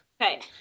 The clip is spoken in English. Okay